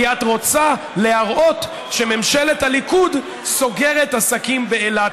כי את רוצה להראות שממשלת הליכוד סוגרת עסקים באילת.